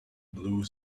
blue